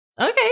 Okay